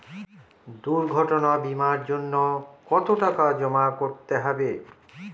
দুর্ঘটনা বিমার জন্য কত টাকা জমা করতে হবে?